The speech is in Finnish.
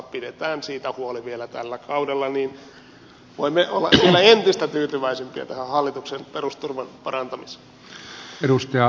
pidetään siitä huoli vielä tällä kaudella niin voimme olla vielä entistä tyytyväisempiä tähän hallituksen perusturvan parantamiseen